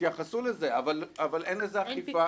התייחסו לזה אבל אין לזה אכיפה,